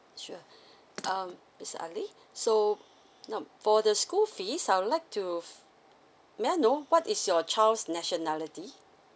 sure um mister ali so now for the school fees I'd like to may I know what is your child's nationality